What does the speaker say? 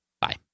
Bye